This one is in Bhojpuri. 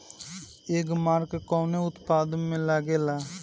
एगमार्क कवने उत्पाद मैं लगेला?